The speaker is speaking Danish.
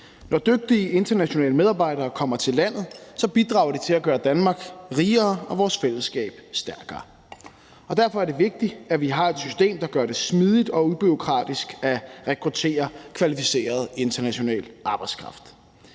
Når dygtige internationale medarbejdere kommer til landet, bidrager de til at gøre Danmark rigere og vores fællesskab stærkere. Derfor er det vigtigt, at vi har et system, der gør det smidigt og ubureaukratisk at rekruttere kvalificeret international arbejdskraft.